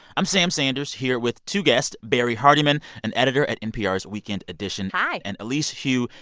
i'm sam sanders here with two guests, barrie hardymon, an editor at npr's weekend edition hi. and elise hu,